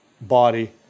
body